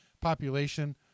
population